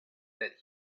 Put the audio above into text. that